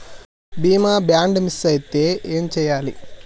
బీమా bond miss అయితే ఏం చేయాలి?